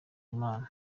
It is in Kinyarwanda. imana